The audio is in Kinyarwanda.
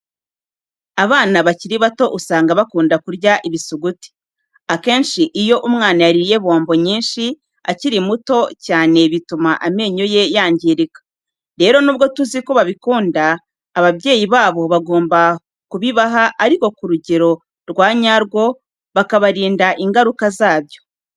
Abana bakiri bato usanga bakunda kurya ibisuguti. Akenshi iyo umwana yariye bombo nyinshi akiri muto cyane bituma amenyo ye yangirika. Rero nubwo tuzi ko babikunda, ababyeyi babo bagomba kubibaha ariko ku rugero rwa nyarwo bakabarinda ingaruka zabyo.